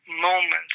moments